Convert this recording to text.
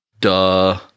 Duh